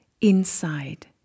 inside